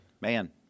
Man